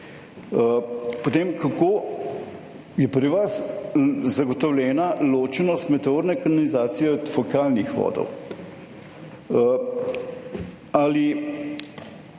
Potem, kako je pri vas zagotovljena ločenost meteorne kanalizacije od fekalnih vodov. Ali